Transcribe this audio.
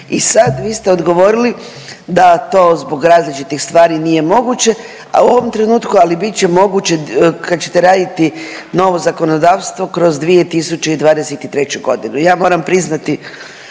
I sad vi ste odgovorili da to zbog različitih stvari nije moguće, a u ovom trenutku, ali bit će moguće kad ćete raditi novo zakonodavstvo kroz 2023. godinu. Ja moram priznati